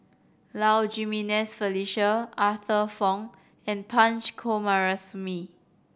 Low Jimenez Felicia Arthur Fong and Punch Coomaraswamy